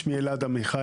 שמי אלעד עמיחי,